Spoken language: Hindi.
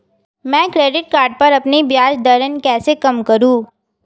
मैं क्रेडिट कार्ड पर अपनी ब्याज दरें कैसे कम करूँ?